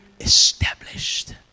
established